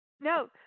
no